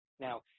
Now